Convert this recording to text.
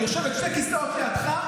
יושבת שני כיסאות לידך,